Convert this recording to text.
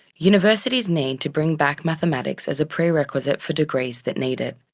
universities need to bring back mathematics as a prerequisite for degrees that need it.